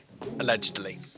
Allegedly